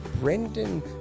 brendan